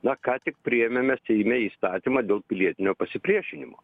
va ką tik priėmėme seime įstatymą dėl pilietinio pasipriešinimo